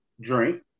drink